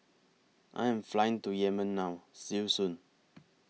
I Am Flying to Yemen now See YOU Soon